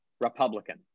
Republican